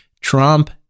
Trump